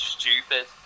stupid